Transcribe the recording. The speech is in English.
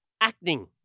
acting